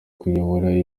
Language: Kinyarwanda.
kuyobora